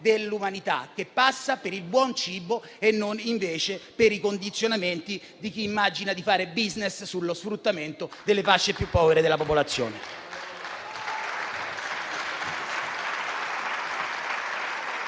dell'umanità, che passa per il buon cibo e non invece per i condizionamenti di chi immagina di fare *business* sullo sfruttamento delle fasce più povere della popolazione.